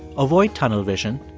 avoid tunnel vision.